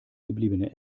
gebliebene